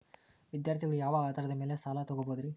ವಿದ್ಯಾರ್ಥಿಗಳು ಯಾವ ಆಧಾರದ ಮ್ಯಾಲ ಸಾಲ ತಗೋಬೋದ್ರಿ?